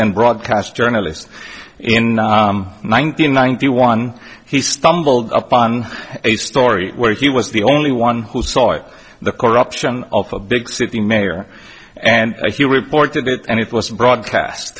and broadcast journalist in nineteen ninety one he stumbled upon a story where he was the only one who saw it the corruption of a big city mayor and you reported it and it was broadcast